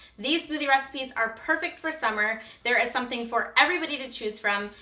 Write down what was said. these smoothie recipes are perfect for summer, there is something for everybody to choose from,